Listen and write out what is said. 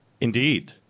Indeed